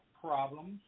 problems